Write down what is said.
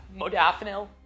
modafinil